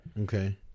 Okay